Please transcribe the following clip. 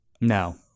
No